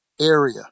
area